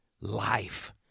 life